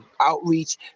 outreach